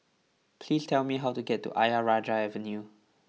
please tell me how to get to Ayer Rajah Avenue